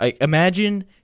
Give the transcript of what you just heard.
Imagine